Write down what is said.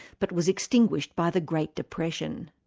but was extinguished by the great depression.